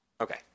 Okay